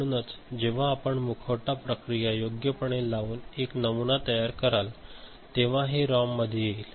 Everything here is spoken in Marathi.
म्हणूनच जेव्हा आपण मुखवटा प्रक्रिया योग्यपणे लावून एक नमुना तयार कराल तेव्हा हे रॉम मध्ये येईल